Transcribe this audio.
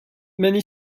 many